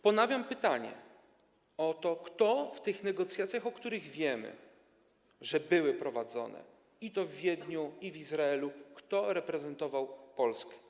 Ponawiam pytanie o to, kto w tych negocjacjach, o których wiemy, że były prowadzone, i to w Wiedniu i w Izraelu, reprezentował Polskę?